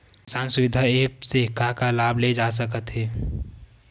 किसान सुविधा एप्प से का का लाभ ले जा सकत हे?